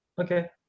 Okay